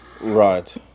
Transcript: right